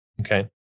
okay